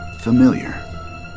familiar